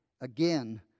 again